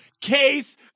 case